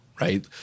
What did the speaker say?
right